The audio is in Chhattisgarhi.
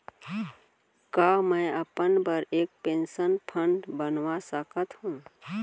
का मैं अपन बर एक पेंशन फण्ड बनवा सकत हो?